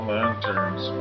Lanterns